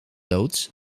loods